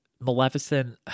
Maleficent